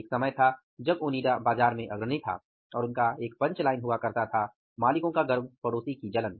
एक समय था जब ओनिडा बाजार में अग्रणी था और उनका एक पंच लाइन हुआ करता था मालिकों का गर्व पड़ोसी की जलन